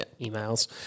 emails